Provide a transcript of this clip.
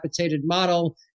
model